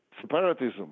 separatism